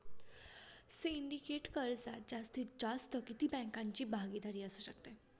Syndicate कर्जात जास्तीत जास्त किती बँकांची भागीदारी असू शकते?